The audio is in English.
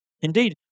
Indeed